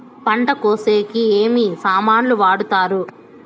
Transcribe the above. పంట కోసేకి ఏమి సామాన్లు వాడుతారు?